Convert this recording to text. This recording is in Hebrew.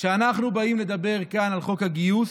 כשאנחנו באים לדבר כאן על חוק הגיוס,